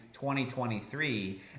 2023